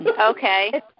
Okay